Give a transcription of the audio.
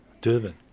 Durban